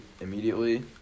immediately